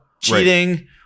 cheating